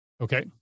okay